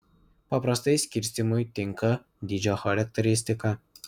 paprastai skirstymui tinka dydžio charakteristika